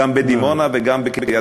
גם בדימונה וגם בקריית-גת.